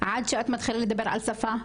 עד שאת מתחילה לדבר על שפה,